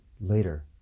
later